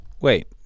wait